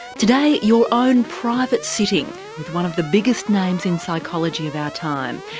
today your own private sitting with one of the biggest names in psychology of our time.